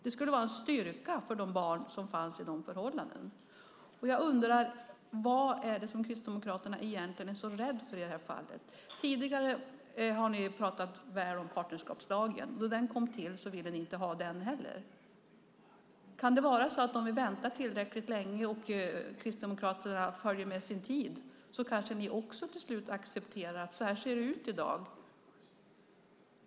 Det skulle vara en styrka för de barn som finns i de förhållandena. Vad är det som Kristdemokraterna egentligen är så rädda för i det här fallet? Tidigare har ni pratat väl om partnerskapslagen. Då den kom till ville ni inte ha den heller. Kan det vara så att om vi väntar tillräckligt länge och om Kristdemokraterna följer med sin tid kanske ni också till slut accepterar att så här ser det ut i dag?